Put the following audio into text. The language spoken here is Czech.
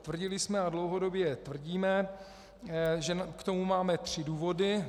Tvrdili jsme a dlouhodobě tvrdíme, že k tomu máme tři důvody.